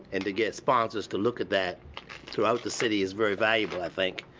and to get sponsors to look at that throughout the city is very valuable, i think.